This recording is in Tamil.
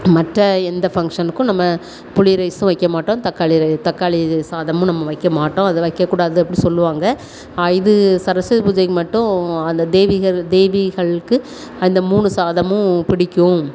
மற்ற எந்த ஃபங்சனுக்கும் நம்ம புளி ரைஸ் வைக்க மாட்டோம் தக்காளி ர தக்காளி சாதமும் நம்ம வைக்க மாட்டோம் அது வைக்க கூடாது அப்படி சொல்லுவாங்க இது சரஸ்வதி பூஜைக்கு மட்டும் அந்த தேவிகள் அந்த தேவிகளுக்கு அந்த மூணு சாதமும் பிடிக்கும்